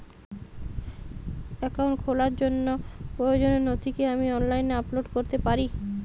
Account খোলার জন্য প্রয়োজনীয় নথি কি আমি অনলাইনে আপলোড করতে পারি?